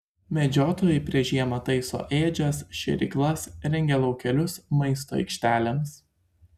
medžiotojai prieš žiemą taiso ėdžias šėryklas rengia laukelius maisto aikštelėms